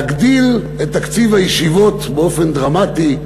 להגדיל את תקציב הישיבות באופן דרמטי,